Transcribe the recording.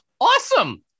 awesome